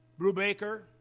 Brubaker